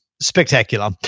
spectacular